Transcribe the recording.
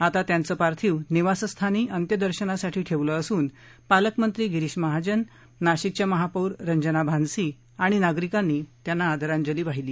आता त्यांचं पार्थिव निवासस्थानी अंत्यदर्शनासाठी ठेवलं असून पालकमंत्री गिरीश महाजन नाशिकच्या महापौर रंजना भानसी आणि नागरिकांनी त्यांना आदरांजली वाहिली